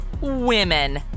women